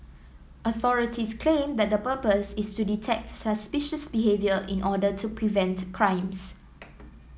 authorities claim that the purpose is to detect suspicious behaviour in order to prevent crimes